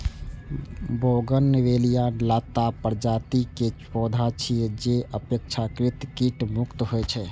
bougainvillea लता प्रजाति के पौधा छियै, जे अपेक्षाकृत कीट मुक्त होइ छै